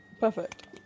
Perfect